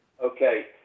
Okay